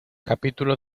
capítulo